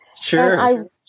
Sure